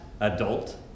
adult